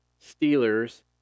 Steelers